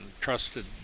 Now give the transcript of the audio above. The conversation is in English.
trusted